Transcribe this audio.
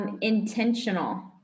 Intentional